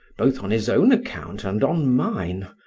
both on his own account and on mine,